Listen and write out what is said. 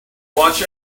watch